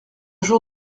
jour